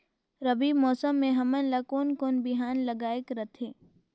रबी मौसम मे हमन ला कोन कोन बिहान लगायेक रथे?